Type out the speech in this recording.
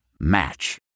Match